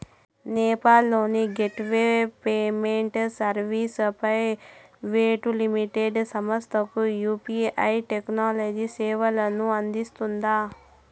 నేపాల్ లోని gateway payment services private limited సంస్థకు UPI technology సేవలను అందిస్తుందా?